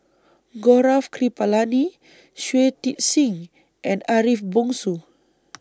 Gaurav Kripalani Shui Tit Sing and Ariff Bongso